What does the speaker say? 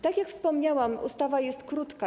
Tak jak wspomniałam, ustawa jest krótka.